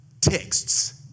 texts